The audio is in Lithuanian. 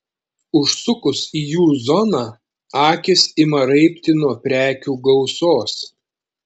užsukus į jų zoną akys ima raibti nuo prekių gausos